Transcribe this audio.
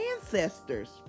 ancestors